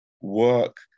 work